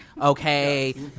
okay